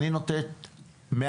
אני נותנת 100